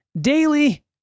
daily